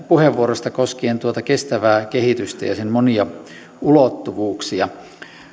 puheenvuorosta koskien kestävää kehitystä ja sen monia ulottuvuuksia